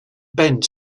bend